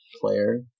player